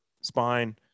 spine